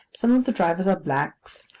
some of the drivers are blacks,